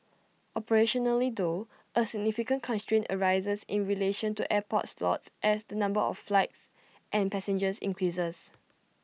operationally though A significant constraint arises in relation to airport slots as the number of flights and passengers increases